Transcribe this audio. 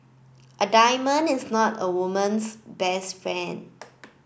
a diamond is not a woman's best friend